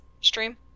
stream